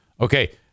Okay